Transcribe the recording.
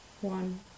One